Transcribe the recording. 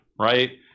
Right